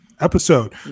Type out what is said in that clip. episode